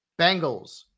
Bengals